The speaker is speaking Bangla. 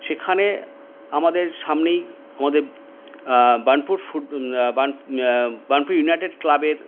সেখানে আমাদের সামনেই আমাদের বার্নপুর বার্নপুর ইউনাইটেড ক্লাবের